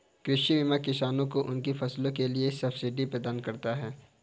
कृषि बीमा किसानों को उनकी फसलों के लिए सब्सिडी प्रदान करता है